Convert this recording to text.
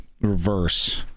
reverse